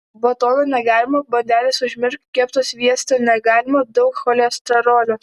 batono negalima bandeles užmiršk kepto svieste negalima daug cholesterolio